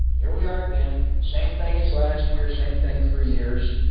here we are again. same thing as last year. same thing for years.